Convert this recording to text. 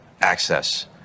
access